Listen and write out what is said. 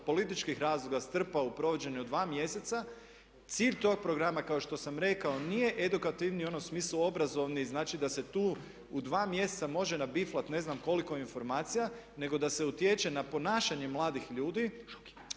političkih razloga strpao u provođenje od dva mjeseca. Cilj tog programa kao što sam rekao nije edukativni u onom smislu obrazovni, znači da se tu u dva mjeseca može nabiflat ne znam koliko informacija, nego da se utječe na ponašanje mladih ljudi,